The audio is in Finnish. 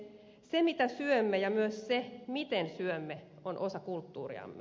se mitä syömme ja myös se miten syömme on osa kulttuuriamme